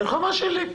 מחובה שלי.